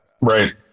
Right